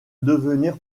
devenir